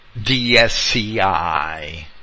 DSCI